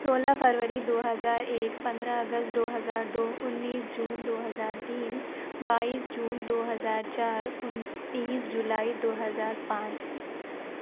سولہ فروری دو ہزار ایک پندرہ اگست دو ہزار دو انیس جون دو ہزار تین بائیس جون دو ہزار چار انتیس جولائی دو ہزار پانچ